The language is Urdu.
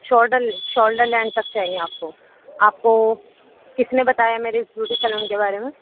شوڈل شولڈر لین تک چاہیے آپ کو آپ کو کس نے بتایا میری اس بیوٹی سیلون کے بارے میں